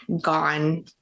gone